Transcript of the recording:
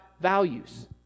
values